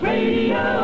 Radio